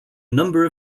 number